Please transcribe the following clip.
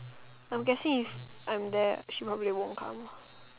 I'm guessing if I'm there she probably won't come